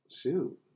Shoot